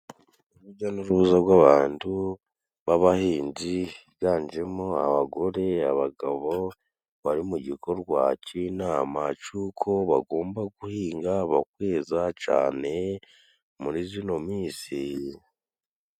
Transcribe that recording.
Urujya n'uruza gw'abantu b'abahinzi biganjemo abagore, abagabo bari mu gikogwa c'inama c'uko bagomba guhinga bakeza cane muri zino minsi.